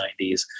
90s